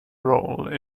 role